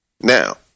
Now